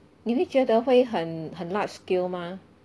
你会觉得会很很 large scale mah